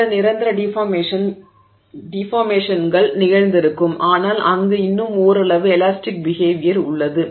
சில நிரந்தர டிஃபார்மேஷன்கள் நிகழ்ந்திருக்கும் ஆனால் அங்கு இன்னும் ஓரளவு இலாஸ்டிக் பிஹேவியர் உள்ளது